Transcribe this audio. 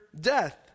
death